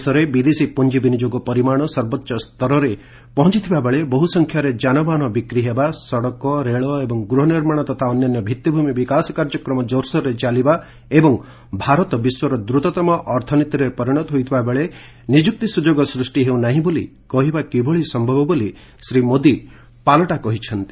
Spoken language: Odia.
ଦେଶରେ ବିଦେଶୀ ପୁଞ୍ଜି ବିନିଯୋଗ ପରିମାଣ ସର୍ବୋଚ୍ଚ ସ୍ତରରେ ପହଞ୍ଚଥିବା ବେଳେ ବହୁସଂଖ୍ୟାରେ ଯାନବାହାନ ବିକ୍ରୀ ହେବା ସଡ଼କ ରେଳ ଏବଂ ଗୃହ ନିର୍ମାଣ ତଥା ଅନ୍ୟାନ୍ୟ ଭିଭିଭୂମି ବିକାଶ କାର୍ଯ୍ୟକ୍ରମ ଜୋରସୋର୍ରେ ଚାଲିବା ଏବଂ ଭାରତ ବିଶ୍ୱର ଦ୍ରତତମ ଅର୍ଥନୀତିରେ ପରିଣତ ହୋଇଥିବା ବେଳେ ନିଯୁକ୍ତି ସୁଯୋଗ ସୃଷ୍ଟି ହେଉ ନାହିଁ ବୋଲି କହିବା କିଭଳି ସୟବ ବୋଲି ଶ୍ରୀ ମୋଦି କହିଛନ୍ତି